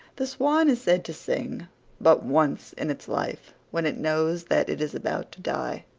the swan is said to sing but once in its life when it knows that it is about to die.